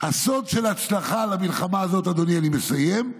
של ההצלחה במלחמה הזאת, אדוני, אני מסיים,